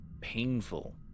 painful